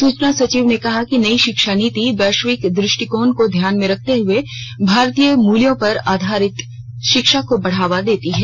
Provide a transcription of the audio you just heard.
सूचना सचिव ने कहा कि नई शिक्षा नीति वैश्विक दृष्टिकोण को ध्यान में रखते हुए भारतीय मूल्यों पर आधारित शिक्षा को बढ़ावा देती है